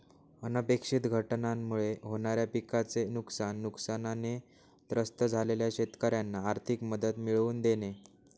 अनपेक्षित घटनांमुळे होणाऱ्या पिकाचे नुकसान, नुकसानाने त्रस्त झालेल्या शेतकऱ्यांना आर्थिक मदत मिळवून देणे